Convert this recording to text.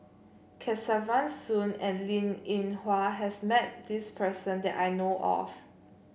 Kesavan Soon and Linn In Hua has met this person that I know of